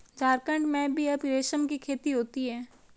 झारखण्ड में भी अब रेशम की खेती होती है